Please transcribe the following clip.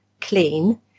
clean